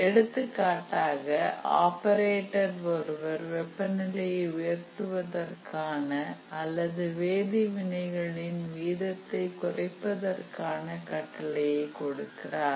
எடுத்துக்காட்டாக ஆபரேட்டர் ஒருவர் வெப்ப நிலையை உயர்த்துவதற்கான அல்லது வேதி வினைகளின் வீதத்தை குறைப்பதற்கான கட்டளையை கொடுக்கிறார்